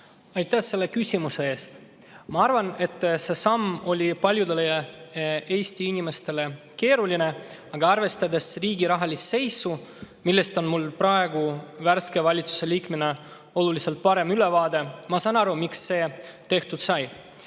Aitäh selle küsimuse eest! Ma arvan, et see samm oli paljudele Eesti inimestele keeruline, aga arvestades riigi rahalist seisu, millest on mul praegu värske valitsuse liikmena oluliselt parem ülevaade, ma saan aru, miks see tehtud sai. Mina